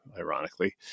ironically